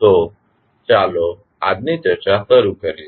તો ચાલો આજની ચર્ચા શરૂ કરીએ